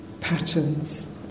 patterns